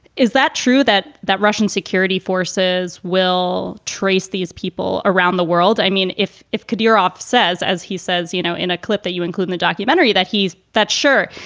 is that true that that russian security forces will trace these people around the world? i mean, if if kadeer op says, as he says, you know, in a clip that you include in the documentary that he is, that, sure,